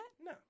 No